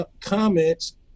comments